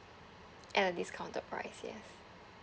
at a discounted price yes